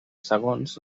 segons